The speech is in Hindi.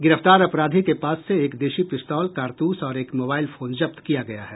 गिरफ्तार अपराधी के पास से एक देशी पिस्तौल कारतूस और एक मोबाइल फोन जब्त किया गया है